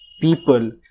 people